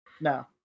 No